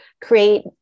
create